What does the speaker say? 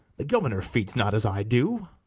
the governor feeds not as i do.